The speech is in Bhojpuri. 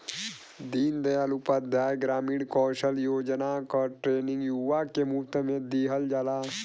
दीन दयाल उपाध्याय ग्रामीण कौशल योजना क ट्रेनिंग युवा के मुफ्त में दिहल जाला